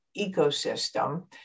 ecosystem